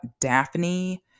Daphne